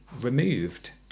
removed